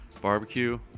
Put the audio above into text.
barbecue